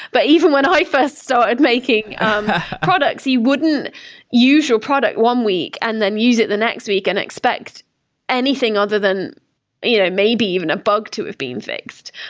but even when i first started so and making products, you wouldn't use your product one week and then use it the next week and expect anything other than you know maybe even a bug to have been fixed.